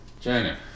China